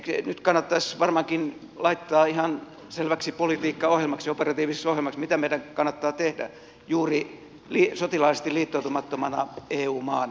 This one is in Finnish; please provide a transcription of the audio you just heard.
nyt kannattaisi varmaankin laittaa ihan selväksi politiikkaohjelmaksi operatiiviseksi ohjelmaksi se mitä meidän kannattaa tehdä juuri sotilaallisesti liittoutumattomana eu maana